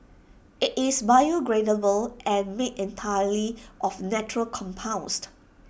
IT is biodegradable and made entirely of natural